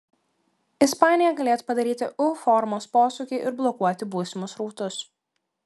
ispanija galėtų padaryti u formos posūkį ir blokuoti būsimus srautus